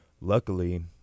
luckily